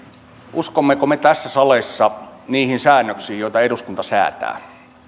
uskommeko me tässä salissa niihin säännöksiin joita eduskunta säätää